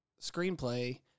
screenplay